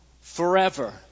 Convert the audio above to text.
forever